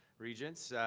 regents.